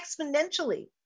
exponentially